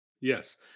Yes